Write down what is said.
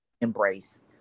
embrace